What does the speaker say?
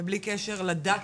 הפוליטיקאים מדברים,